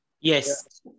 Yes